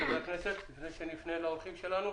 חברי הכנסת, לפני שנפנה לאורחים שלנו,